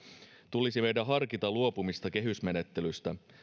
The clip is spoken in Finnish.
tulisi meidän harkita luopumista kehysmenettelystä